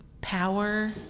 power